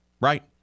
Right